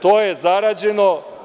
To je zarađeno.